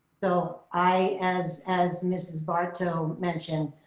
so i, as as mrs. barto mentioned,